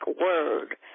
word